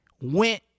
went